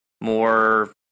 more